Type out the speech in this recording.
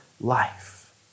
life